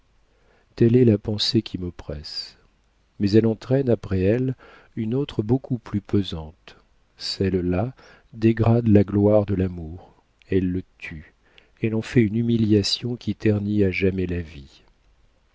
telle est la pensée qui m'oppresse mais elle en traîne après elle une autre beaucoup plus pesante celle-là dégrade la gloire de l'amour elle le tue elle en fait une humiliation qui ternit à jamais la vie